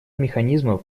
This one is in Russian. механизмов